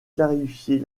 clarifier